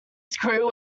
screw